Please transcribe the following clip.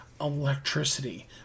electricity